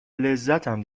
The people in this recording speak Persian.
لذتم